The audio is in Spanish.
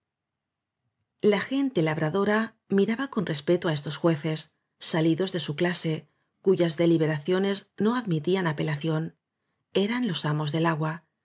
la gente labradora miraba con respeto á estos jueces salidos de su clase cuyas delibera ciones no admitían apelación eran los amos del agua